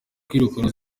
kwirukanwa